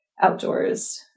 outdoors